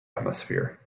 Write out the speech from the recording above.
atmosphere